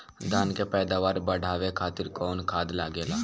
धान के पैदावार बढ़ावे खातिर कौन खाद लागेला?